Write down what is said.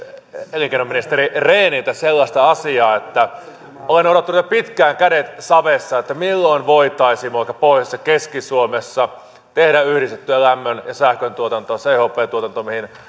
elinkeinoministeri rehniltä sellaista asiaa että kun olen odottanut jo pitkään kädet savessa milloin voitaisiin vaikka pohjoisessa keski suomessa tehdä yhdistettyä lämmön ja sähköntuotantoa chp tuotantoa mihin